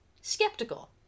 skeptical